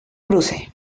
cruce